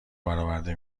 براورده